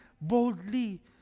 boldly